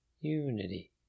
unity